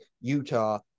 Utah